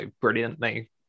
brilliantly